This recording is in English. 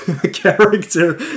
character